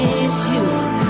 issues